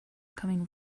coming